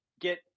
get